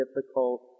difficult